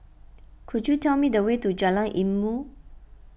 could you tell me the way to Jalan Ilmu